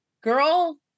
girl